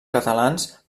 catalans